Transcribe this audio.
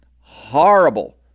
horrible